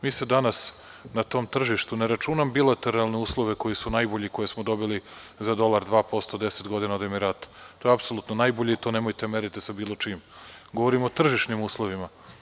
Mi se danas na tom tržištu, ne računam bilateralne uslove koji su najbolji koje smo dobili za dolar, 2% deset godina od Emirata, to je apsolutno najbolje i to nemojte da merite sa bilo čim, govorim o tržišnim uslovima.